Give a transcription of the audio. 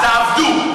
תעבדו.